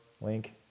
link